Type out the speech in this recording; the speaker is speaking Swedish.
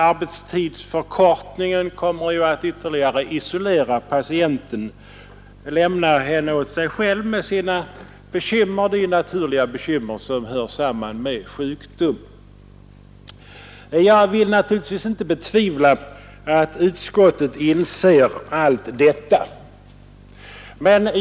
Arbetstidsförkortningen kommer att ytterligare isolera patienten och lämna henne åt sig själv med de naturliga bekymmer som hör samman med sjukdom. Jag vill naturligtvis inte betvivla att utskottet inser allt detta.